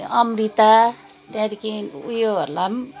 अमृता त्यहाँदेखि उयोहरूलाई पनि